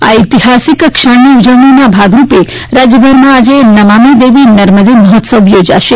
આ ઐતિહાસિક ક્ષણની ઉજવણીના ભાગરૂપે રાજ્યભરમાં આજે નમામિ દેવી નર્મદે મહોત્સવ યોજાશે